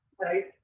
right